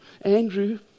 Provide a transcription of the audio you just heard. Andrew